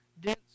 dense